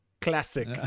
classic